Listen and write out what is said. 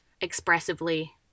expressively